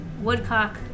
Woodcock